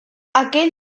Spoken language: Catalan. aqueix